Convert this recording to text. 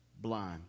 blind